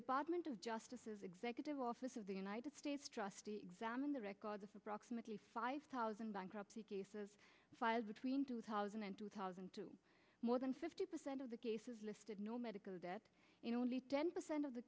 department of justice is executive office of the united states trustee examine the records of proximity five thousand bankruptcy cases filed between two thousand and two thousand to more than fifty percent of the cases listed no medical death in only ten percent of the